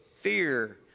fear